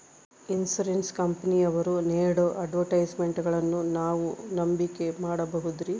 Insurance ಕಂಪನಿಯವರು ನೇಡೋ ಅಡ್ವರ್ಟೈಸ್ಮೆಂಟ್ಗಳನ್ನು ನಾವು ನಂಬಿಕೆ ಮಾಡಬಹುದ್ರಿ?